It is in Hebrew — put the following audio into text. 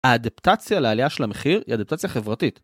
האדפטציה להעלייה של המחיר היא אדפטציה חברתית.